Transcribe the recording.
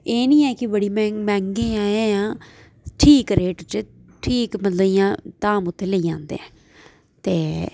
एह् नी कि बड़ी मैंह्गी ऐ ठीक रेट च ठीक मतलब इ'यां उत्थे धाम लेई जन्दे ते